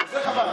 זה חבל,